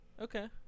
Okay